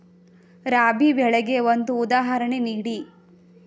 ರಾಬಿ ಬೆಳೆಗೆ ಒಂದು ಉದಾಹರಣೆ ನೀಡಿ